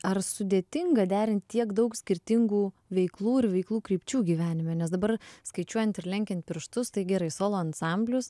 ar sudėtinga derint tiek daug skirtingų veiklų ir veiklų krypčių gyvenime nes dabar skaičiuojant ir lenkiant pirštus tai gerai solo ansamblis